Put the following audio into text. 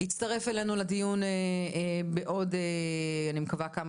יצטרף אלינו לדיון בעוד אני מקווה כמה